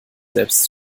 selbst